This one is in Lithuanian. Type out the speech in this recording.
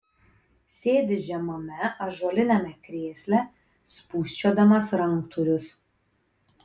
sėdi žemame ąžuoliniame krėsle spūsčiodamas ranktūrius